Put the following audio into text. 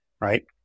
right